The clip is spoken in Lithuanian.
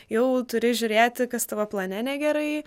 jau turi žiūrėti kas tavo plane negerai